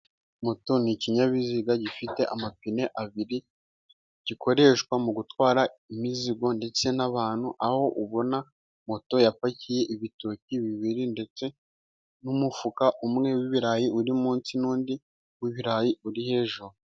Moto ni ikinyabiziga gifite amapine abiri gikoreshwa mu gutwara imizigo ndetse n'abantu, aho ubona moto yapakiye ibitoki bibiri ,ndetse n'umufuka umwe w'ibirayi uri munsi nundi w' ibirayi uri hejuru.